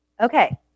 Okay